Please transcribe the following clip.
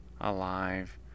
alive